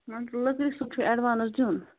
مان ژٕ لٔکرِ سُہ چھُ اٮ۪ڈوانٕس دیُن